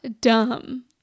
dumb